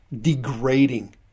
degrading